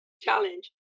challenge